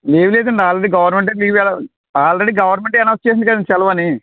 ఏమి లేదండి ఆల్రెడీ గవర్నమెంటే ఈవేళ ఆల్రెడీ గవర్నమెంటే అనౌన్స్ చేసింది కదా సెలవు అని